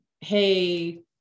hey